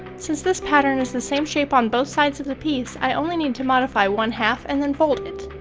since this pattern is the same shape on both sides of the piece, i only need to modify one half and then fold it.